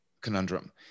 conundrum